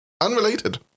Unrelated